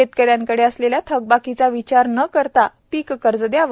शेतकऱ्यांकडे असलेल्या थकबाकीचा विचार न करता पीक कर्ज द्यावे